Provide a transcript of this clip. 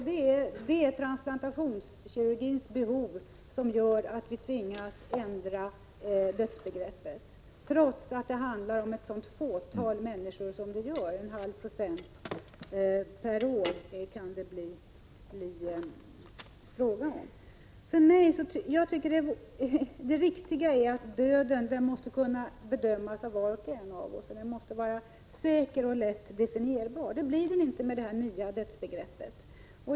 Det är transplantationskirurgins behov som gör att vi tvingas ändra dödsbegreppet trots att det handlar om endast ett fåtal människor — det kan bli fråga om en halv procent per år. Jag tycker att det viktiga är att döden skall kunna bedömas av var och en av oss, att den skall vara säkert och lätt definierbar. Det blir den inte med det här nya dödsbegreppet.